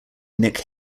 nick